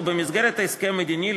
או במסגרת הסכם מדיני,